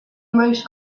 most